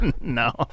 no